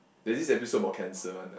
there's this episode about cancer one